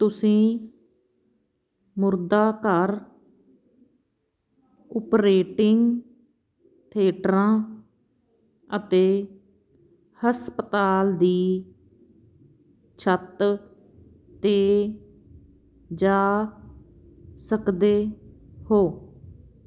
ਤੁਸੀਂ ਮੁਰਦਾਘਰ ਉਪਰੇਟਿੰਗ ਥੀਏਟਰਾਂ ਅਤੇ ਹਸਪਤਾਲ ਦੀ ਛੱਤ 'ਤੇ ਜਾ ਸਕਦੇ ਹੋ